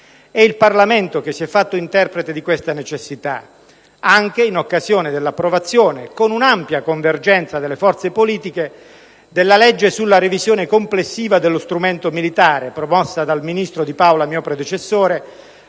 È il Parlamento che si è fatto interprete di questa necessità anche in occasione dell'approvazione, con un'ampia convergenza delle forze politiche, della legge sulla revisione complessiva dello strumento militare, promossa dal ministro Di Paola, mio predecessore,